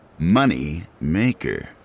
Moneymaker